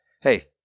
hey